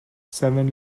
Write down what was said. seven